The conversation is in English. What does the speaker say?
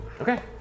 Okay